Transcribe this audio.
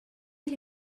ele